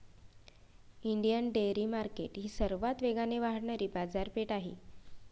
Indian dairy market ही सर्वात वेगाने वाढणारी बाजारपेठ आहे